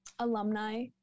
alumni